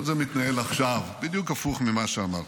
כל זה מתנהל עכשיו בדיוק הפוך ממה שאמרת.